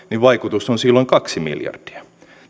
on silloin kaksi miljardia